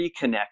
reconnect